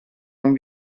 non